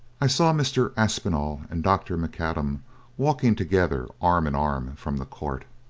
i saw mr. aspinall and dr. macadam walking together arm-in-arm from the court.